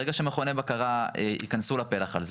ברגע שמכוני בקרה ייכנסו לפלח הזה